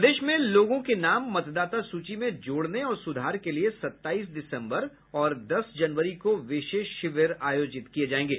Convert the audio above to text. प्रदेश में लोगों के नाम मतदाता सूची में जोड़ने और सुधार के लिए सत्ताईस दिसम्बर और दस जनवरी को विशेष शिविर आयोजित किये जायेंगे